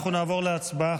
אנחנו נעבור להצבעה.